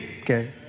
Okay